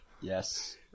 Yes